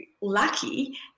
lucky